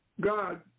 God